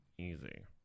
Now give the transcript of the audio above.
easy